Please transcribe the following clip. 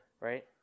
Right